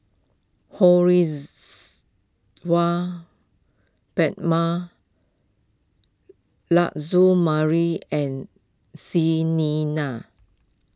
Ho Rihs Hwa Prema and Xi Ni